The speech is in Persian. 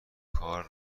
کار